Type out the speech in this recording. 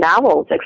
novels